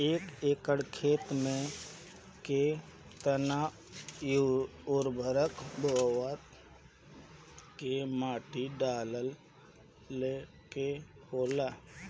एक एकड़ खेत में के केतना उर्वरक बोअत के माटी डाले के होला?